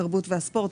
התרבות והספורט,